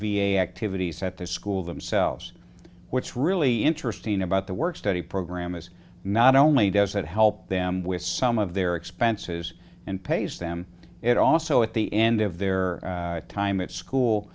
be a activities at the school themselves what's really interesting about the work study program is not only does it help them with some of their expenses and pays them it also at the end of their time at school